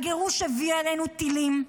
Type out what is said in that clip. הגירוש הביא עלינו טילים,